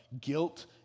guilt